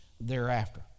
thereafter